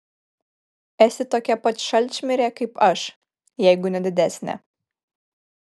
esi tokia pat šalčmirė kaip aš jeigu ne didesnė